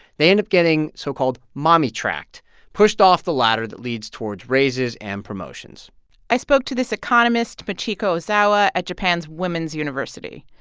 they end up getting, so-called, mommy tracked pushed off the ladder that leads towards raises and promotions i spoke to this economist, machiko osawa, at japan's women's university.